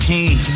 King